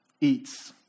eats